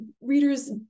readers